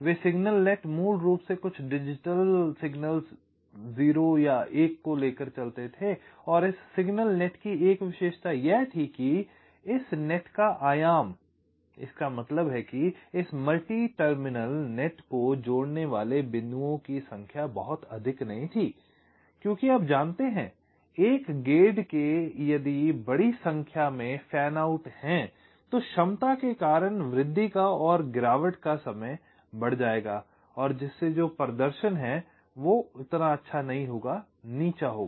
वे signal net मूल रूप से कुछ डिजिटल संकेतों 0 या 1 को लेकर चलते थे और इस सिग्नल नेट की एक विशेषता यह थी कि इस नेट का आयाम इसका मतलब है कि इस मल्टी टर्मिनल नेट को जोड़ने वाले बिंदुओं की संख्या बहुत अधिक नहीं थी क्योंकि आप जानते हैं कि एक गेट के यदि बड़ी संख्या में फैन आउट हैं तो क्षमता के कारण वृद्धि का और गिरावट का समय बढ़ जाएगा और प्रदर्शन नीचा होगा